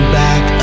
back